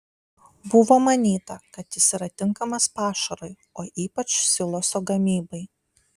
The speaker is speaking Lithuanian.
buvo manyta kad jis yra tinkamas pašarui o ypač siloso gamybai